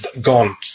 gone